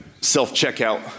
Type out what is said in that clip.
self-checkout